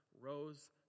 rose